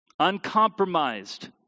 uncompromised